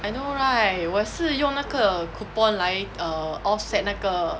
I know right 我是用那个 coupon 来 err offset 那个